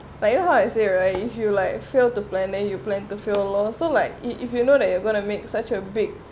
but you know how to say right if you feel like fail to plan then you plan to fail lor so like if if you know that you're gonna make such a big